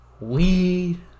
weed